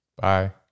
Bye